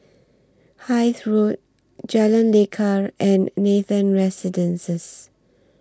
Hythe Road Jalan Lekar and Nathan Residences